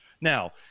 Now